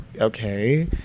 okay